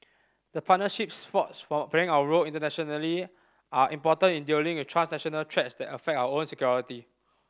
the partnerships forged from playing our role internationally are important in dealing with transnational threats that affect our own security